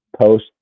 post